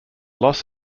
los